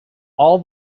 all